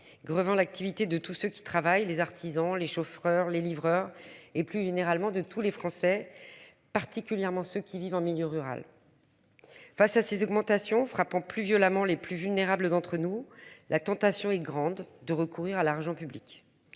grevant l'activité de tous ceux qui travaillent, les artisans, les chauffeurs, les livreurs et plus généralement de tous les Français, particulièrement ceux qui vivent en milieu rural. Face à ces augmentations frappant plus violemment les plus vulnérables d'entre nous. La tentation est grande de recourir à l'argent public.